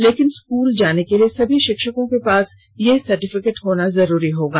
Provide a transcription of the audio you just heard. लेकिन स्कूल जाने के लिए सभी शिक्षकों के पास यह सर्टिफिकेट होना जरूरी होगा